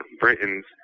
Britain's